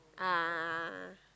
a'ah a'ah a'ah